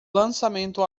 lançamento